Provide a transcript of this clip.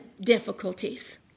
difficulties